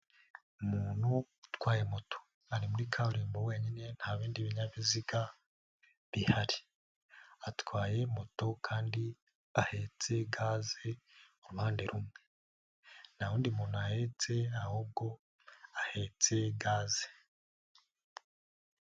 Umuntu utwaye moto ari muri kaburimbo wenyine nta bindi binyabiziga, bihari atwaye moto kandi ahetse gaze ku ruhande rumwe, nta wundi muntu ahetse ahubwo ahetse gaze.